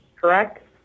correct